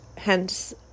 hence